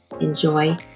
enjoy